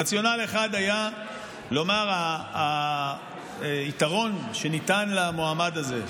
רציונל אחד היה לומר שהיתרון שניתן למועמד הזה,